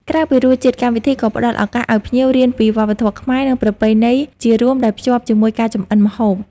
ក្រៅពីរសជាតិ កម្មវិធីក៏ផ្តល់ឱកាសឲ្យភ្ញៀវរៀនពីវប្បធម៌ខ្មែរ និងប្រពៃណីជារួមដែលភ្ជាប់ជាមួយការចម្អិនម្ហូប។